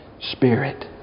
Spirit